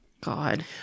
God